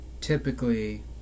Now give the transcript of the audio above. typically